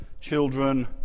children